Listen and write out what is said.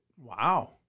Wow